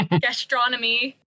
gastronomy